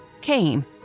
came